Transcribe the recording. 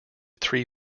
three